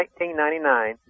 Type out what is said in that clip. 1999